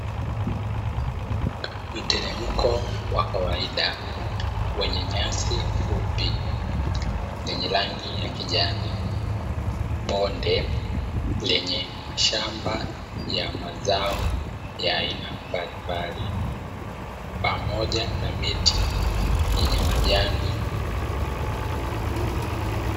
Mteremko wa kawaida wenye nyasi fupi yenye rangi ya kijani, bonde lenye mashamba ya mazao ya aina mbalimbali pamoja na miti yenye majani.